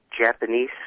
Japanese